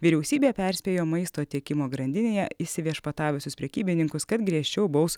vyriausybė perspėjo maisto tiekimo grandinėje įsiviešpatavusius prekybininkus kad griežčiau baus